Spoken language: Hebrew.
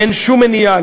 אין שום מניעה,